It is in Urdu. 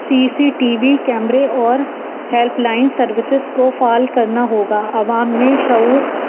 سی سی ٹی وی کیمرے اور ہیلپ لائن سروسز کو فال کرنا ہوگا عوام میں شعور